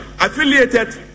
affiliated